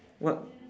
what